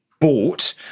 bought